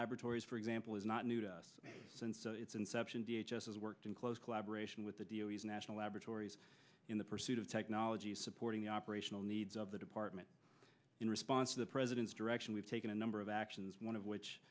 laboratories for example is not new to us since its inception the h s has worked in close collaboration with the d o f national laboratories in the pursuit of technology supporting the operational needs of the department in response to the president's direction we've taken a number of actions one of which